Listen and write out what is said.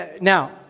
now